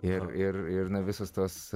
ir ir ir visas tas